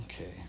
Okay